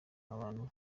abantu